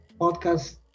podcast